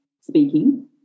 speaking